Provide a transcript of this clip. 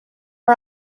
are